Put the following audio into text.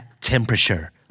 temperature